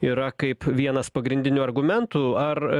yra kaip vienas pagrindinių argumentų ar